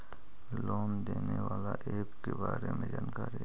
Loan देने बाला app के बारे मे जानकारी?